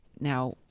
Now